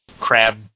Crab